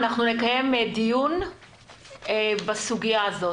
אנחנו נקיים דיון בסוגיה הזאת.